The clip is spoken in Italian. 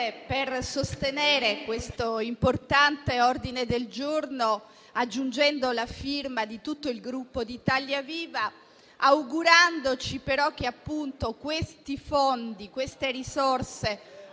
vorreisostenere questo importante ordine del giorno, aggiungendo la firma di tutto il Gruppo Italia Viva, augurandoci però che queste risorse